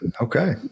Okay